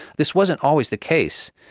this wasn't always the case.